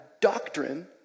doctrine